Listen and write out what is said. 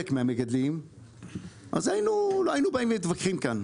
מהמגדלים אז לא היינו באים ומתווכחים כאן,